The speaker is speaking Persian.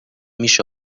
میشه